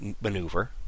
Maneuver